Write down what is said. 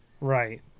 right